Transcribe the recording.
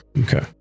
Okay